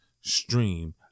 stream